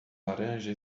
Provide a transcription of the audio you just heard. laranja